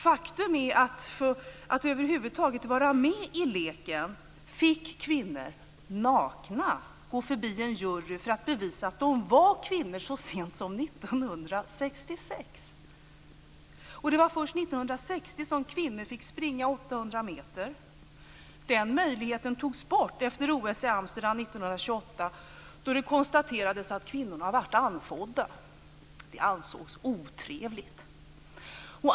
Faktum är att för att över huvud taget vara med i leken fick kvinnor nakna gå förbi en jury för att bevisa att de var kvinnor så sent som år 1966. Det var först år 1960 som kvinnor fick springa 800 meter. Den möjligheten togs bort efter OS i Amsterdam år 1928 då det konstaterades att kvinnorna blev anfådda. Det ansågs otrevligt.